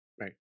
Right